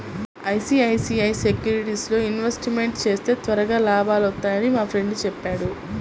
ICICI సెక్యూరిటీస్లో investment చేస్తే త్వరగా లాభాలొత్తన్నయ్యని మా ఫ్రెండు చెప్పాడు